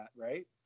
Right